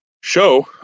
show